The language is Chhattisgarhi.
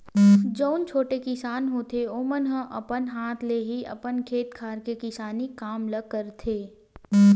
जउन छोटे किसान होथे ओमन ह अपन हाथ ले ही अपन खेत खार के किसानी काम ल करथे